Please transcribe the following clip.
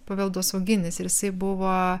paveldosauginis ir jisai buvo